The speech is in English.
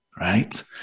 right